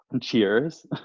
Cheers